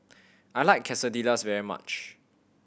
I like Quesadillas very much